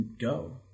go